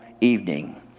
evening